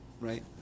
Right